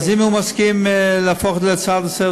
אז אם הוא מסכים להפוך את זה להצעה לסדר-היום,